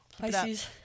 Pisces